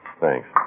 Thanks